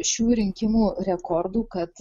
šių rinkimų rekordų kad